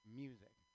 music